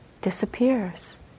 disappears